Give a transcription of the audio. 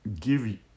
give